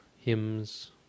hymns